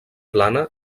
plana